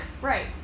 right